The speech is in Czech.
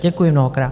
Děkuji mnohokrát.